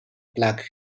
black